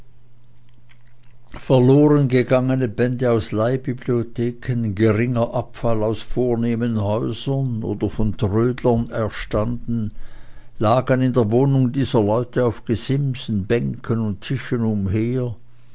verlorengegangene bände aus leihbibliotheken geringer abfall aus vornehmen häusern oder von trödlern erstanden lagen in der wohnung dieser leute auf gesimsen bänken und tischen umher